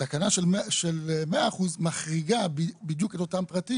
התקנה של 100% מחריגה בדיוק את אותם פרטים